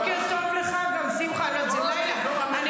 בוקר טוב לך, אדון שמחה, אני לא יודעת, זה לילה.